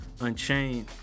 unchained